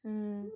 mm